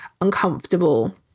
uncomfortable